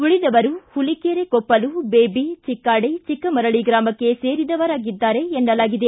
ಉಳಿದವರು ಹುಲಿಕೆರೆಕೊಪ್ಪಲು ಬೇಬಿ ಚಿಕ್ಕಾಡೆ ಚಿಕ್ಕಮರಳಿ ಗ್ರಾಮಕ್ಕೆ ಸೇರಿದವರಾಗಿದ್ದಾರೆ ಎನ್ನಲಾಗಿದೆ